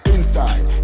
Inside